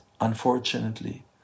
unfortunately